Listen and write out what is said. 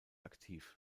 aktiv